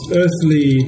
earthly